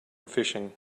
fishing